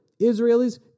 Israelis